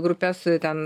grupes e ten